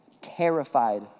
Terrified